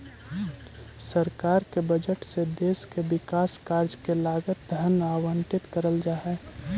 सरकार के बजट से देश के विकास कार्य के लगल धन आवंटित करल जा हई